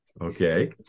Okay